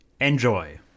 Enjoy